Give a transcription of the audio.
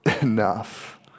enough